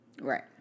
Right